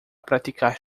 praticar